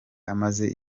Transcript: amaze